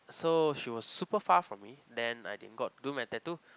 so she was super far from me then I didn't got do my tattoo